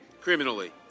criminally